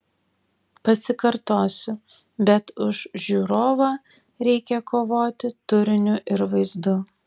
pasikartosiu bet už žiūrovą reikia kovoti turiniu ir vaizdu